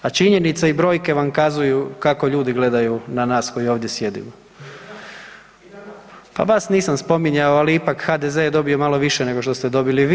A činjenica i brojke vam kazuju kako ljudi gledaju na nas koji ovdje sjedimo. … [[Upadica iz klupe se ne razumije]] Pa vas nisam spominjao, ali ipak HDZ je dobio malo više nego što ste dobili vi.